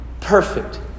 perfect